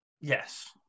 Yes